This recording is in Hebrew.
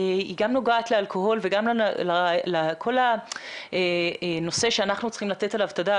היא גם נוגעת לאלכוהול וגם לכל הנושא שאנחנו צריכים לתת עליו את הדעת,